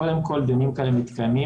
קודם כל, דיונים כאלה מתקיימים.